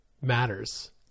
matters